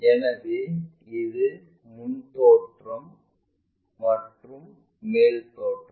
எனவே இது முன் தோற்றம் மற்றும் மேல்தோற்றம்